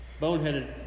boneheaded